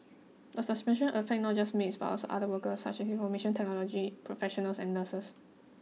the suspension affects not just maids but also other workers such as information technology professionals and nurses